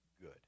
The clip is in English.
good